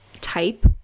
type